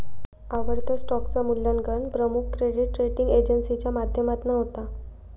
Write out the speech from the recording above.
आवडत्या स्टॉकचा मुल्यांकन प्रमुख क्रेडीट रेटींग एजेंसीच्या माध्यमातना होता